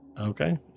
Okay